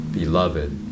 beloved